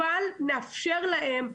אבל נאפשר להם לחזק.